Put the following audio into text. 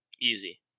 Easy